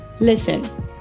Listen